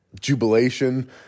jubilation